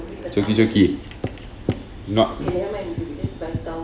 choki choki not